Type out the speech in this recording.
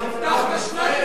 הבטחת שנת לימודים,